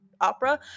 opera